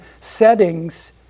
settings